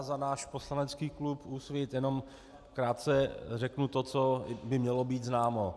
Za náš poslanecký klub Úsvit jenom krátce řeknu to, co by mělo být známo.